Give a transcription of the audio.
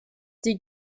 die